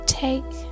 take